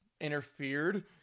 interfered